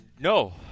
No